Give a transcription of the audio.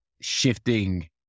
shifting